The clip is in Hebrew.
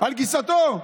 על גיסתו.